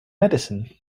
medicine